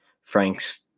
Franks